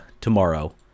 tomorrow